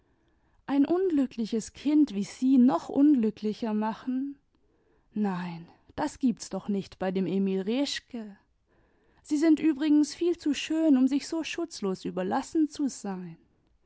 ein unglückliches kind wie sie noch unglücklicher machen nein das gibt's doch nicht bei dem emil reschke sie sind übrigens viel zu schön um sich so schutzlos überlassen zu sein